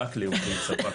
רק לאירועי צבא,